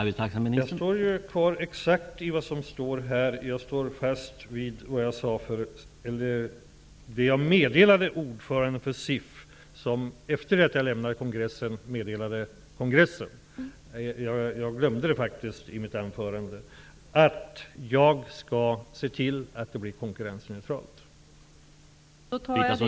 Herr talman! Jag står kvar exakt vid det som jag här skrivit och det som jag meddelade ordföranden för SIF. Jag glömde faktiskt i mitt anförande att säga att jag skall se till att konkurrensneutralitet kommer att föreligga. Detta meddelades kongressen av förbundsordföranden efter det att jag hade lämnat den.